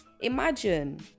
Imagine